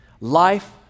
Life